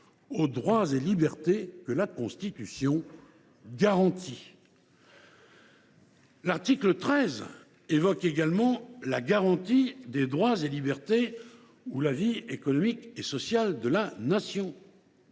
aux droits et libertés que la Constitution garantit ». L’article 13 évoque également « la garantie des droits et libertés ou la vie économique et sociale de la Nation